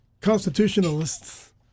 constitutionalists